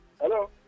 Hello